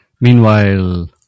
Meanwhile